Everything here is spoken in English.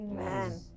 Amen